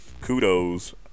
kudos